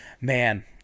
man